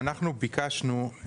אנחנו ביקשנו,